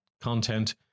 content